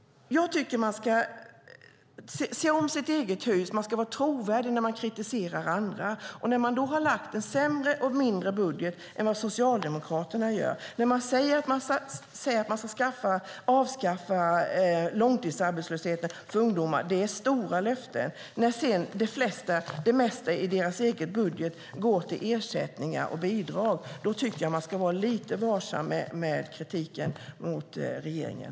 Jag tycker att man ska se om sitt eget hus. Man ska vara trovärdig när man kritiserar andra. När man har lagt en sämre och mindre budget, när man säger att man ska avskaffa långtidsarbetslösheten för ungdomar - det är stora löften - och när det mesta i den egna budgeten går till ersättningar och bidrag tycker jag att man ska vara lite varsam med kritiken mot regeringen.